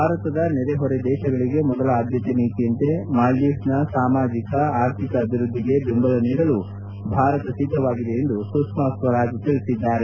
ಭಾರತದ ನೆರೆ ಹೊರೆ ದೇಶಗಳಿಗೆ ಮೊದಲ ಆದ್ಲತೆ ನೀತಿಯಂತೆ ಮಾಲ್ಲೀವ್ಸ್ನ ಸಾಮಾಜಿಕ ಆರ್ಥಿಕ ಅಭಿವ್ಯದ್ಲಿಗೆ ಬೆಂಬಲ ನೀಡಲು ಭಾರತ ಸಿದ್ದವಾಗಿದೆ ಎಂದು ಸುಷ್ನಾ ಸ್ವರಾಜ್ ಹೇಳಿದ್ದಾರೆ